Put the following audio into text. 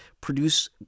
produce